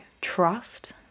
trust